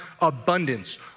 abundance